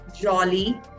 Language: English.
jolly